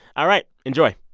all right, enjoy